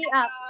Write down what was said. up